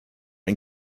and